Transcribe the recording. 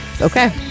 Okay